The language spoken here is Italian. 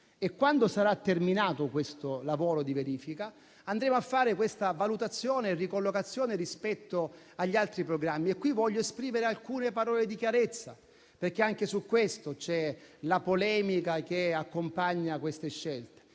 Quando sarà terminato il lavoro di verifica, andremo a fare la valutazione e la ricollocazione rispetto agli altri programmi. Qui voglio esprimere alcune parole di chiarezza, perché anche su questo c'è la polemica che accompagna queste scelte.